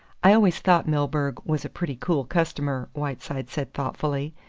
i always thought milburgh was a pretty cool customer, whiteside said thoughtfully.